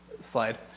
slide